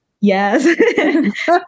Yes